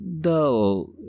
Dull